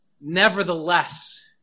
nevertheless